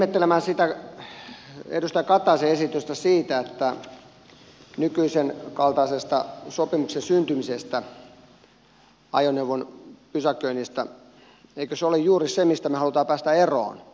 jäin ihmettelemään edustaja katajan esitystä nykyisen kaltaisesta sopimuksen syntymisestä ajoneuvon pysäköinnissä eikö se ole juuri se mistä me haluamme päästä eroon